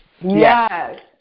Yes